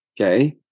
Okay